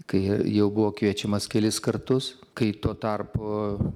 kai jau buvo kviečiamas kelis kartus kai tuo tarpu